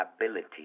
ability